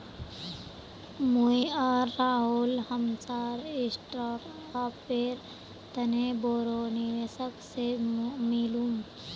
मुई आर राहुल हमसार स्टार्टअपेर तने बोरो निवेशक से मिलुम